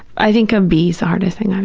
i think a b is the hardest thing i've